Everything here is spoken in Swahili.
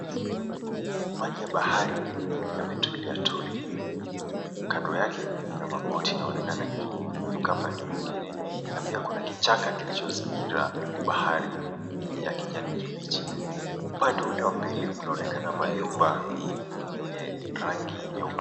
Maji ya bahari yametulia tuli. Kando yake kuna maboti yanaonekana yakivuka upande mwengine na pia kuna kichaka kilichozingira bahari ya kijani kibichi. Upande ule wa pili kunaonekana majumba yenye rangi nyeupe.